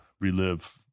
relive